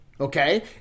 okay